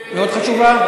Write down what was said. מאוד חשובה?